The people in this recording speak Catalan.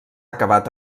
acabat